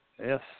Yes